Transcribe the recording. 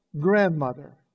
grandmother